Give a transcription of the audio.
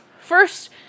first